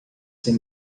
sem